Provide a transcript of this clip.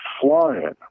flying